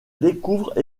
découvrent